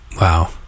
Wow